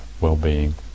well-being